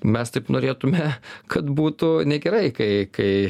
mes taip norėtume kad būtų negerai kai kai